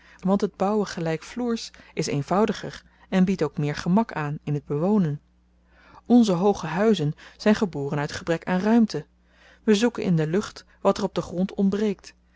want het bouwen gelykvloers is eenvoudiger en biedt ook meer gemak aan in t bewonen onze hooge huizen zyn geboren uit gebrek aan ruimte we zoeken in de lucht wat er op den grond ontbreekt